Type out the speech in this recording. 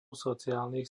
sociálnych